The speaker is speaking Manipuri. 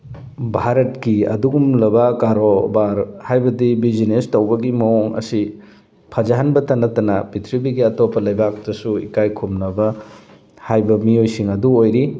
ꯚꯥꯔꯠꯀꯤ ꯑꯗꯨꯒꯨꯝꯂꯕ ꯀꯔꯣꯕꯥꯔ ꯍꯥꯏꯕꯗꯤ ꯕꯤꯖꯤꯅꯦꯁ ꯇꯧꯕꯒꯤ ꯃꯑꯣꯡ ꯑꯁꯤ ꯐꯖꯍꯟꯕꯇ ꯅꯠꯇꯅ ꯄ꯭ꯔꯤꯊꯤꯕꯤꯒꯤ ꯑꯇꯣꯞꯄ ꯂꯩꯕꯥꯛꯇꯁꯨ ꯏꯀꯥꯏ ꯈꯨꯝꯅꯕ ꯍꯥꯏꯕ ꯃꯤꯑꯣꯏꯁꯤꯡ ꯑꯗꯨ ꯑꯣꯏꯔꯤ